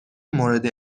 مورد